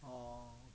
orh